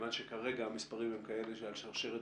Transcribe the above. מכיוון שכרגע המספרים הם כאלה שעל שרשרת